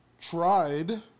tried